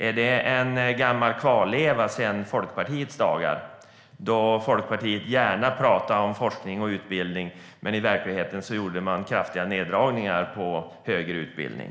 Är det en gammal kvarleva sedan Folkpartiets dagar då Folkpartiet gärna pratade om forskning och utbildning men i verkligheten gjorde kraftiga neddragningar på högre utbildning?